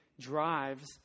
drives